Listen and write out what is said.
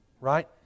Right